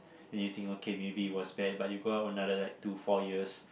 then you think okay maybe it was that but you grow up another like two four years